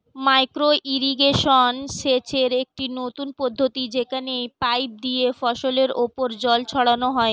micro irrigation সেচের একটি নতুন পদ্ধতি যেখানে পাইপ দিয়ে ফসলের উপর জল ছড়ানো হয়